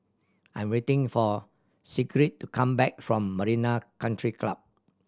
I am waiting for Sigrid to come back from Marina Country Club